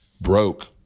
broke